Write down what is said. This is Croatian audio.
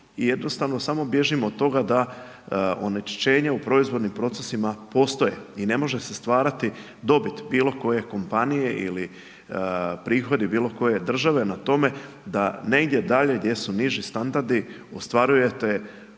jednostavno samo bježimo od toga da onečišćenje u proizvodnim procesima postoje, i ne može se stvarati dobit bilo koje kompanije ili prihodi bilo koje države na tome da negdje dalje gdje su niži standardi ostvarujete puno bolje